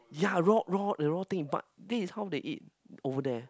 ya raw raw the raw thing but this is how they eat over there